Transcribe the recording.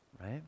right